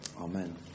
Amen